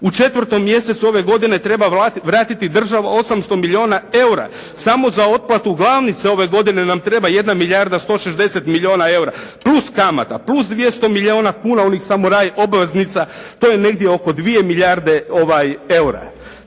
U 4. mjesecu ove godine treba vratiti država 800 milijuna eura. Samo za otplatu glavnice ove godine nam treba jedna milijarda 160 milijuna eura plus kamata, plus 200 milijuna kuna onih samuraj obveznica. To je negdje oko 2 milijarde eura.